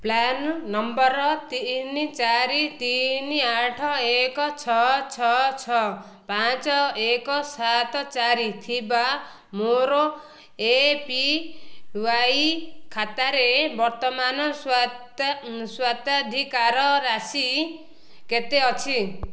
PRAN number ତିନି ଚାରି ତିନି ଆଠ ଏକ ଛଅ ଛଅ ଛଅ ପାଞ୍ଚ ଏକ ସାତ ଚାରି ଥିବା ମୋର ଏ ପି ୱାଇ ଖାତାରେ ବର୍ତ୍ତମାନ ସ୍ୱତ୍ୱା ସ୍ୱତ୍ୱାଧିକାର ରାଶି କେତେ ଅଛି